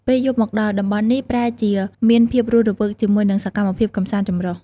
ពេលយប់មកដល់ តំបន់នេះប្រែជាមានភាពរស់រវើកជាមួយនឹងសកម្មភាពកម្សាន្តចម្រុះ។